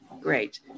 great